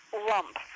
lump